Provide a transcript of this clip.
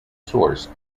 source